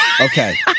okay